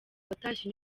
watashye